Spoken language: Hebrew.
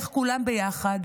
איך כולם ביחד,